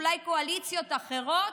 אולי בקואליציות אחרות,